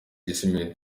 gisimenti